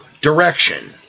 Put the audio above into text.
direction